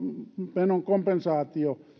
menon kompensaatio